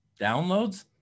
Downloads